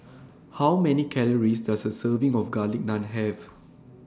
How Many Calories Does A Serving of Garlic Naan Have